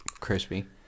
Crispy